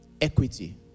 equity